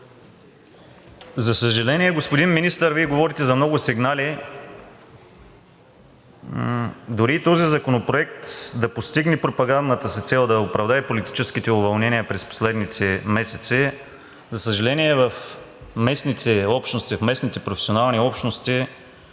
За съжаление, господин Министър, Вие говорите за много сигнали. Дори и този законопроект да постигне пропагандната си цел – да оправдае политическите уволнения през последните месеци, за съжаление, в местните професионални общности